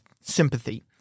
sympathy